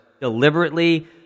deliberately